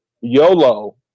YOLO